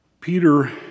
Peter